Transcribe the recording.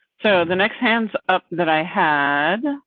so the next hands up that i had.